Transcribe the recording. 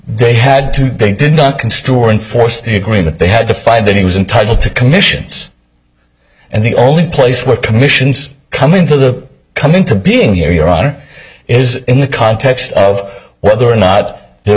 enforce the agreement they had to find that he was entitled to commissions and the only place where commissions come into the come into being here your honor is in the context of whether or not there